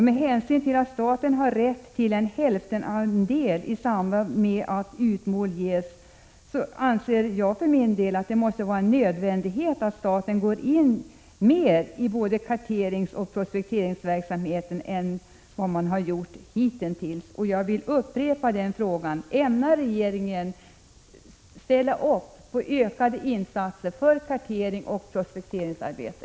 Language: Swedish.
Med hänsyn till att staten har rätt till halva andelen i samband med att utmål ges är det nödvändigt att staten går in mer i både karteringsoch prospekteringsverksamheten än den har gjort hittills. Jag upprepar frågan: Ämnar regeringen ställa upp med ökade insatser för karteringsoch prospekteringsarbete?